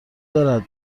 دارد